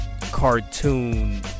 cartoon